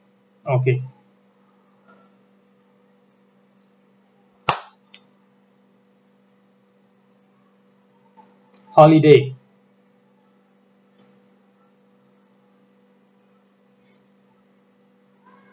okay holiday